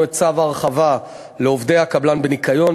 את צו ההרחבה לעובדי הקבלן בניקיון,